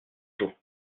jours